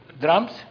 Drums